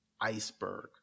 iceberg